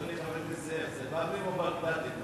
אדוני חבר הכנסת זאב, זה בבלים או בגדדים?